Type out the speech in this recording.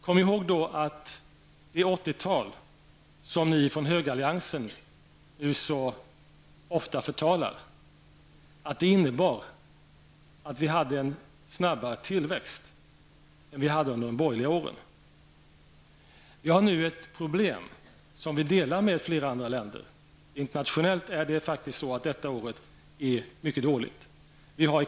Kom då ihåg att det 80-tal som ni från högeralliansen så ofta förtalar innebar att vi hade en snabbare tillväxt än vi hade under de borgerliga åren. Vi har nu ett problem som vi delar med flera andra länder. Internationellt är faktiskt detta år mycket dåligt.